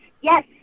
Yes